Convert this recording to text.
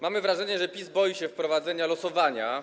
Mamy wrażenie, że PiS boi się wprowadzenia losowania.